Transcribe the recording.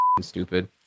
stupid